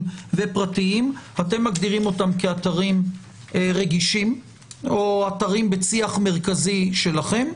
ופרטיים אתם מגדירים אותם כאתרים רגישים או אתרים בצי"ח מרכזי שלכם,